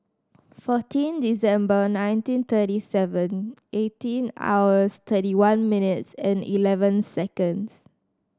fourteen December nineteen thirty seven eighteen hours thirty one minutes and eleven seconds